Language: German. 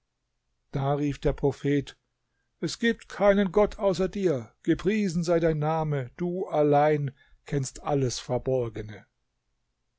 da rief der prophet es gibt keinen gott außer dir gepriesen sei dein name du allein kennst alles verborgene